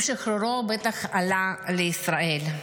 עם שחרורו עלה כמובן לישראל.